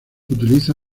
utiliza